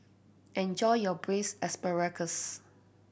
enjoy your Braised Asparagus